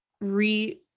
re